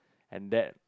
and that